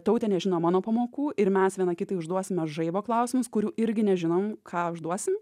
tautė nežino mano pamokų ir mes viena kitai užduosime žaibo klausimus kurių irgi nežinom ką užduosim